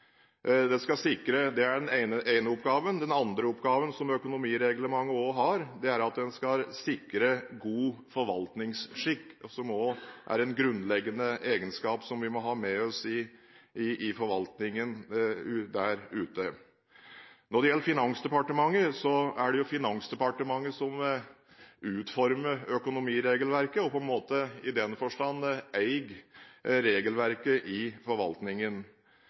Det er den ene oppgaven. Den andre oppgaven økonomireglementet har, er at det skal sikre god forvaltningsskikk, som også er en grunnleggende egenskap vi må ha med oss i forvaltningen der ute. Når det gjelder Finansdepartementet, er det jo de som utformer økonomiregelverket og i den forstand eier regelverket i forvaltningen.